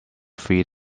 feed